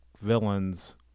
villains